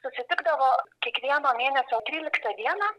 susitikdavo kiekvieno mėnesio tryliktą dieną